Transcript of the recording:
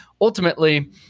ultimately